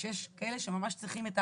שיש כאלה שממש צריכים,